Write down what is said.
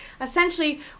essentially